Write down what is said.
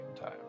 time